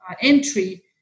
entry